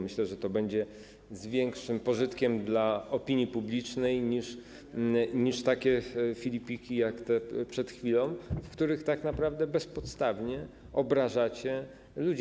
Myślę, że to będzie z większym pożytkiem dla opinii publicznej niż takie filipiki jak te przed chwilą, w których tak naprawdę bezpodstawnie obrażacie ludzi.